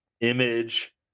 image